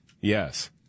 Yes